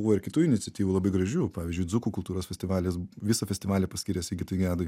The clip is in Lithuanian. buvo ir kitų iniciatyvų labai gražių pavyzdžiui dzūkų kultūros festivalis visą festivalį paskyrė sigitui gedui